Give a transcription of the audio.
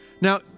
Now